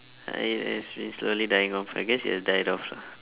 I it has been slowly dying off I guess it has died off lah